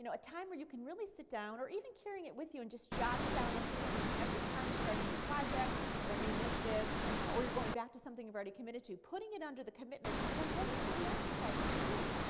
a time where you can really sit down or even carrying it with you and just jotting down the commitments every time you start a new project or a new initiative or you're going back to something you've already committed to, putting it under the commitments and then going through the exercise to see.